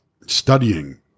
studying